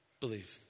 Believe